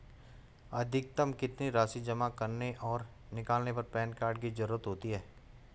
अधिकतम कितनी राशि जमा करने और निकालने पर पैन कार्ड की ज़रूरत होती है?